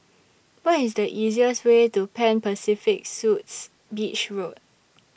What IS The easiest Way to Pan Pacific Suites Beach Road